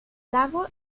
lago